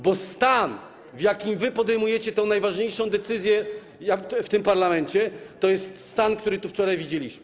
Bo stan, w jakim wy podejmujecie tę najważniejszą decyzję w tym parlamencie, to jest stan, który tu wczoraj widzieliśmy.